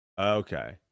Okay